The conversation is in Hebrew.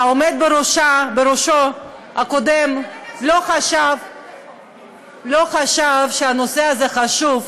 העומד בראשו הקודם לא חשב שהנושא הזה חשוב,